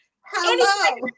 Hello